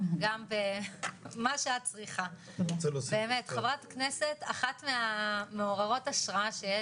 באמת חברת כנסת אחת מהמעוררות השראה,